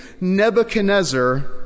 Nebuchadnezzar